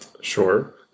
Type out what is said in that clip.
sure